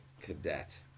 cadet